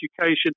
education